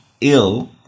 ill